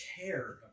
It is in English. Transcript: care